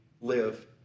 live